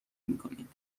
میکنید